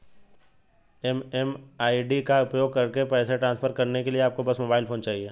MMID का उपयोग करके पैसे ट्रांसफर करने के लिए आपको बस मोबाइल फोन चाहिए